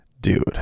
dude